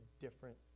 different